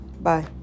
Bye